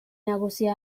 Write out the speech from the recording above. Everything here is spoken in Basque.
nagusi